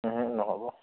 ওহোঁ নহ'ব